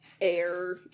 air